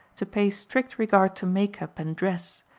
to pay strict regard to makeup and dress,